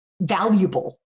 valuable